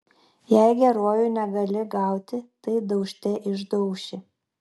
jei geruoju negali gauti tai daužte išdauši